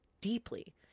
deeply